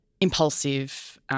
impulsive